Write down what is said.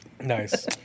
Nice